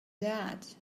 that